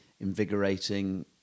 invigorating